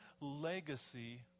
legacy